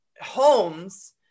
homes